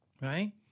right